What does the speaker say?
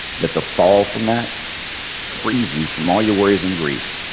that the fall from that frees you from all your worries and grief,